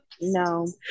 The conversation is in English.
no